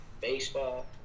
baseball